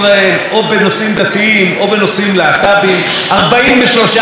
43% מהם מתרחשים בפריפריה וצולמו בפריפריה,